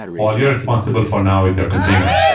all you're responsible for now is your container.